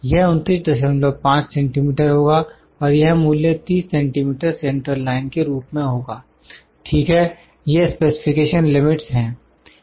यह 295 सेंटीमीटर होगा और यह मूल्य 30 सेंटीमीटर सेंट्रल लाइन के रूप में होगा ठीक है यह स्पेसिफिकेशन लिमिट्स हैं